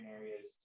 Areas